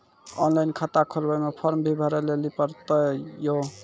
Online खाता खोलवे मे फोर्म भी भरे लेली पड़त यो?